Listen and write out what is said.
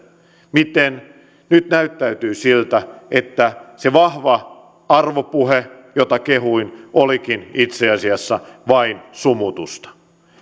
miten nyt näyttää siltä että se vahva arvopuhe jota kehuin olikin itse asiassa vain sumutusta